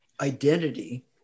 identity